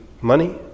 money